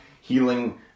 healing